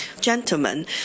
gentlemen